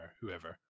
whoever